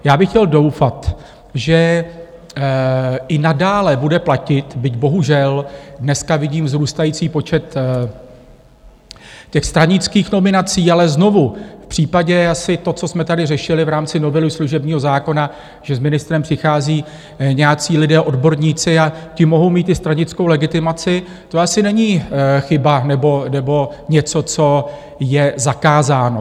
Já bych chtěl doufat, že i nadále bude platit, byť bohužel dneska vidím vzrůstající počet stranických nominací, ale znovu, v případě asi to, co jsme tady řešili v rámci novely služebního zákona, že s ministrem přichází nějací lidé, odborníci a ti mohou mít i stranickou legitimaci, to asi není chyba nebo něco, co je zakázáno.